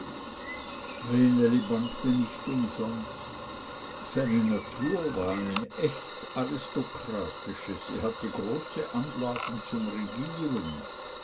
bangte nicht umsonst seine natur war eine echt aristokratische sie hatte große anlagen zum regieren